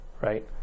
right